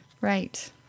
Right